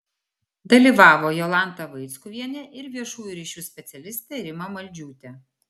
dalyvavo jolanta vaickuvienė ir viešųjų ryšių specialistė rima maldžiūtė